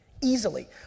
Easily